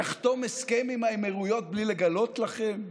יחתום הסכם עם האמירויות בלי לגלות לכם?